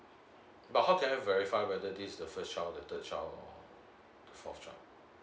but how can I verify whether this the first child the third child or the fourth child